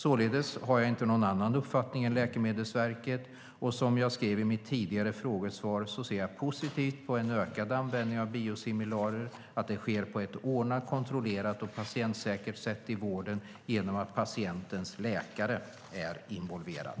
Således har jag inte någon annan uppfattning än Läkemedelsverket, och som jag skrev i mitt tidigare frågesvar ser jag positivt på att en ökad användning av biosimilarer sker på ett ordnat, kontrollerat och patientsäkert sätt i vården genom att patientens läkare är involverad.